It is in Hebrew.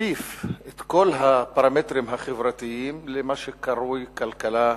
להכפיף את כל הפרמטרים החברתיים למה שקרוי "כלכלה נכונה".